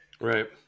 Right